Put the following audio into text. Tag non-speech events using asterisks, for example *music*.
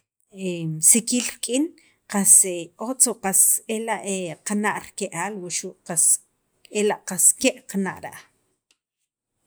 *hesitation* siqiil rik'in qas *hesitation* otz o qas *hesitation* ela' qana' rike'aal o xu' qas ela' qas ke' qana' ra'aj. *noise*